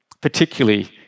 particularly